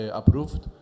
approved